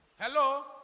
hello